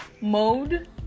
mode